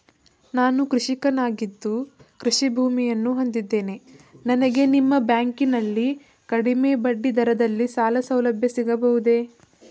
ನಾನು ಕೃಷಿಕನಾಗಿದ್ದು ಕೃಷಿ ಭೂಮಿಯನ್ನು ಹೊಂದಿದ್ದೇನೆ ನನಗೆ ನಿಮ್ಮ ಬ್ಯಾಂಕಿನಲ್ಲಿ ಕಡಿಮೆ ಬಡ್ಡಿ ದರದಲ್ಲಿ ಸಾಲಸೌಲಭ್ಯ ಸಿಗಬಹುದೇ?